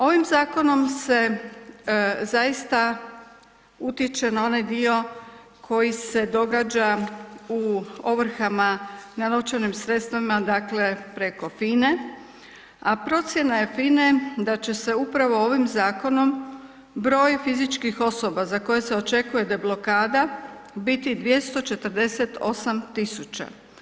Ovim zakonom se zaista utječe na onaj dio koji se događa u ovrhama na novčanim sredstvima, dakle preko FINA-e, a procjena je FINA-e da će se upravo ovim zakonom broj fizičkih osoba za koje se očekuje deblokada, biti 248 tisuća.